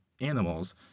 animals